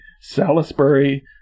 Salisbury